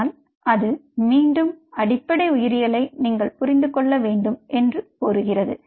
ஆனால் அது மீண்டும் அடிப்படை உயிரியலை நீங்கள் புரிந்து கொள்ள வேண்டும் என்று கோருகிறது